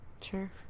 Sure